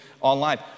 online